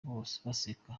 baseka